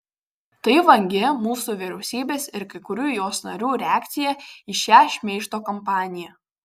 tai vangi mūsų vyriausybės ir kai kurių jos narių reakcija į šią šmeižto kampaniją